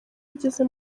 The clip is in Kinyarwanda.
ugeze